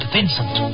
Vincent